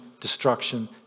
destruction